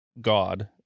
god